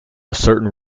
certain